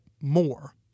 more